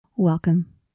Welcome